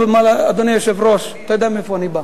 ושוב, אדוני היושב-ראש, אתה יודע מאיפה אני בא,